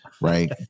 right